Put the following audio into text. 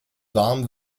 warm